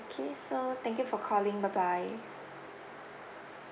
okay so thank you for calling bye bye